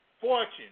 fortune